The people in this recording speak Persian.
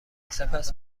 سپس